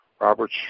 Robert